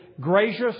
gracious